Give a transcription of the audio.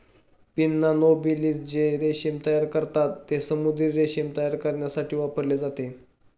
pinna nobilis जे रेशीम तयार करतात, ते समुद्री रेशीम तयार करण्यासाठी वापरले जाते